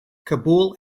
kabul